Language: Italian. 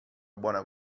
buona